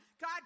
God